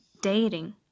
dating